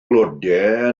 blodau